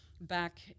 back